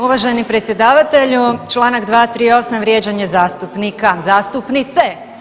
Uvaženi predsjedavatelju, čl. 238, vrijeđanje zastupnika, zastupnice.